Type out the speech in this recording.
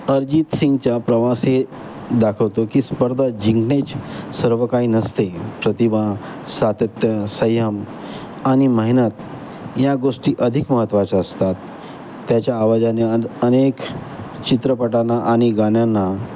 अरजीत सिंगचा प्रवास हे दाखवतो की स्पर्धा जिंकणेच सर्व काही नसते प्रतिभा सातत्य संयम आणि मेहेनत या गोष्टी अधिक महत्त्वाच्या असतात त्याच्या आवाजाने अ अनेक चित्रपटांना आणि गाण्यांना